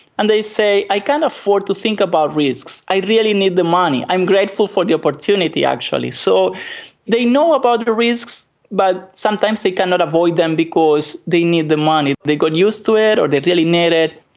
and they say i can't kind of afford to think about risks, i really need the money, i am grateful for the opportunity actually. so they know about the the risks but sometimes they cannot avoid them because they need the money. they got used to it or they really need it,